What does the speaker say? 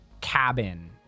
cabin